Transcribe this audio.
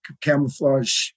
camouflage